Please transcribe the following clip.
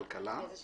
הם זיקה שלטונית.